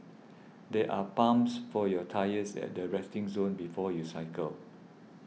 there are pumps for your tyres at the resting zone before you cycle